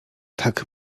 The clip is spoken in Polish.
tak